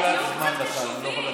אין הגבלת זמן לשר, אני לא יכול,